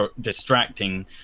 distracting